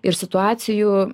ir situacijų